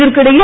இதற்கிடையே